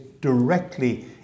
directly